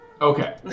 Okay